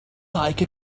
like